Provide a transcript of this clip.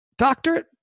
Doctorate